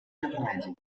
japonesos